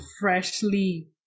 freshly